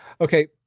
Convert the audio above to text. Okay